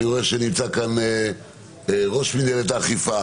אני רואה שנמצא פה ראש מינהלת האכיפה